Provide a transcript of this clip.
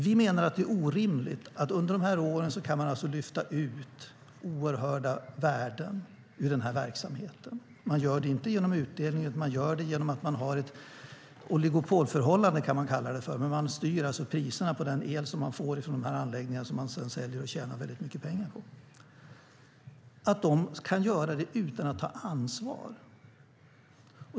Vi menar att det är orimligt att man under de här åren kan lyfta ut oerhörda värden ur den här verksamheten. Man gör det inte genom utdelning utan genom att man har vad man kan kalla för ett oligopolförhållande. Man styr alltså priserna på den el man får från de här anläggningarna, som man därigenom tjänar mycket pengar på. De kan göra detta utan att ha ansvar.